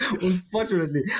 Unfortunately